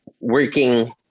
working